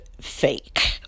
fake